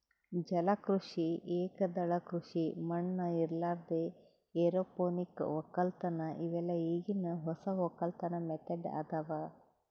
ಜಲ ಕೃಷಿ, ಏಕದಳ ಕೃಷಿ ಮಣ್ಣ ಇರಲಾರ್ದೆ ಎರೋಪೋನಿಕ್ ವಕ್ಕಲತನ್ ಇವೆಲ್ಲ ಈಗಿನ್ ಹೊಸ ವಕ್ಕಲತನ್ ಮೆಥಡ್ ಅದಾವ್